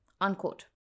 Unquote